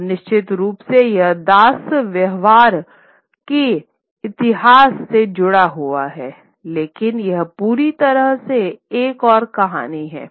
और निश्चित रूप से यह दास व्यापार के इतिहास से जुड़ा हुआ है लेकिन यह पूरी तरह से एक और कहानी है